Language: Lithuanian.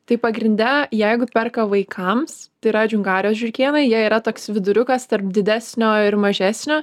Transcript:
tai pagrinde jeigu perka vaikams tai yra džiungario žiurkėnai jie yra toks viduriukas tarp didesnio ir mažesnio